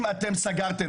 אם אתם סגרת,